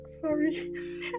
sorry